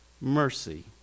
mercy